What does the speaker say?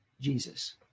Jesus